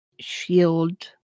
shield